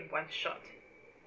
in one shot